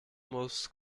most